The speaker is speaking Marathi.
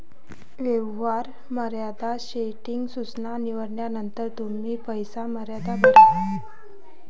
व्यवहार मर्यादा सेटिंग सूचना निवडल्यानंतर तुम्ही पैसे मर्यादा भरा